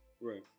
Right